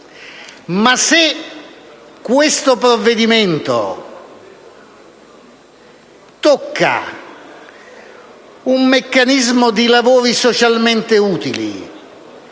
Ma se questo provvedimento tocca un meccanismo basato sui lavori socialmente utili,